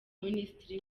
minisitiri